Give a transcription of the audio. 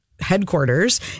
Headquarters